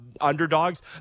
underdogs